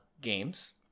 Games